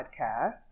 Podcast